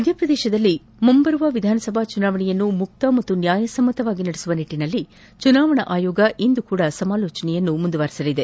ಮಧ್ಯಪ್ರದೇಶದಲ್ಲಿ ಮುಂಬರುವ ವಿಧಾನಸಭಾ ಚುನಾವಣೆಯನ್ನು ಮುಕ್ತ ಮತ್ತು ನ್ಯಾಯಸಮ್ತ್ತವಾಗಿ ನಡೆಸುವ ನಿಟ್ಟನಲ್ಲಿ ಚುನಾವಣಾ ಆಯೋಗವು ಇಂದು ಸಹ ಸಮಾಲೋಚನೆಯನ್ನು ಮುಂದುವರೆಸಲಿದೆ